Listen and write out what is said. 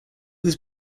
was